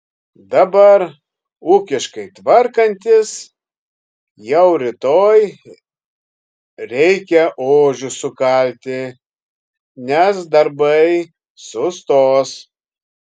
dabar ūkiškai tvarkantis jau rytoj reikia ožius sukalti nes darbai sustos